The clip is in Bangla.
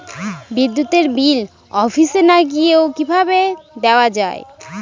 বিদ্যুতের বিল অফিসে না গিয়েও কিভাবে দেওয়া য়ায়?